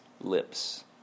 lips